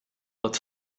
but